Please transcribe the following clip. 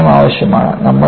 ആ വിനയം ആവശ്യമാണ്